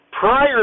Prior